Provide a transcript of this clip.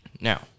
Now